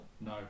no